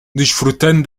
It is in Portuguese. desfrutando